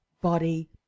Body